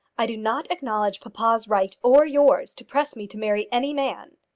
i do not acknowledge papa's right or yours to press me to marry any man.